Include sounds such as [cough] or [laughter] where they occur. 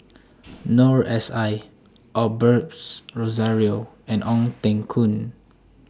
[noise] [noise] Noor S I Osberts Rozario [noise] and Ong [noise] Teng Koon